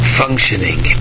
functioning